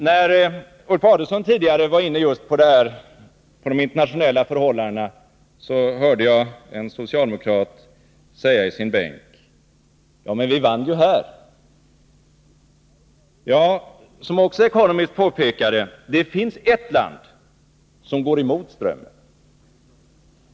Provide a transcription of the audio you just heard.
När Ulf Adelsohn tidigare var inne på de internationella förhållandena hörde jag en socialdemokrat säga i sin bänk: ”Men vi vann ju här.” Som Economist också påpekade finns det ett land som går emot strömmen.